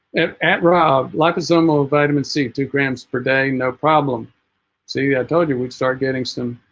at at rob liposomal vitamin c two grams per day no problem see i told you we'd start getting some